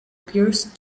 pierced